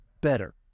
better